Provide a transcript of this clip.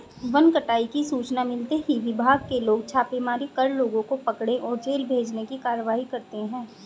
one कटाई की सूचना मिलते ही विभाग के लोग छापेमारी कर लोगों को पकड़े और जेल भेजने की कारवाई करते है